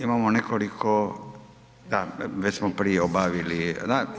imamo nekoliko, da, već smo prije obavili, da.